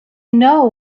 know